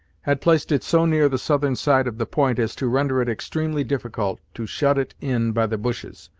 had placed it so near the southern side of the point as to render it extremely difficult to shut it in by the bushes,